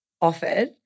offered